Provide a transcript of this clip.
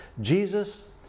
Jesus